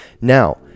Now